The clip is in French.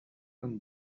vingt